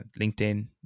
LinkedIn